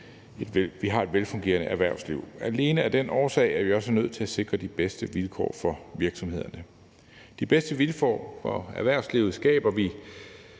vi har et velfungerende erhvervsliv. Alene af den årsag er vi også nødt til at sikre de bedste vilkår for virksomhederne. De bedste vilkår for erhvervslivet skaber vi,